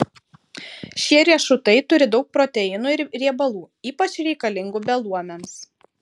šie riešutai turi daug proteinų ir riebalų ypač reikalingų beluomiams